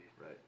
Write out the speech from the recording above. Right